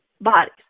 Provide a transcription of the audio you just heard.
bodies